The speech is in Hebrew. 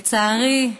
לצערי,